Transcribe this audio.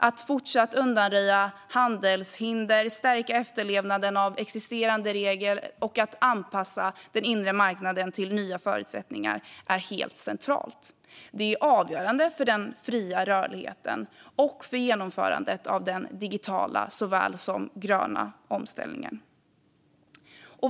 Att fortsätta att undanröja handelshinder, stärka efterlevnaden av existerande regler och anpassa den inre marknaden till nya förutsättningar är helt centralt. Det är avgörande för den fria rörligheten och för genomförandet av såväl den digitala som den gröna omställningen.